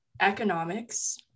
economics